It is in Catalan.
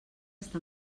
està